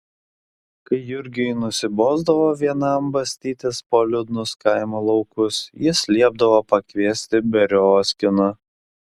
kai jurgiui nusibosdavo vienam bastytis po liūdnus kaimo laukus jis liepdavo pakviesti beriozkiną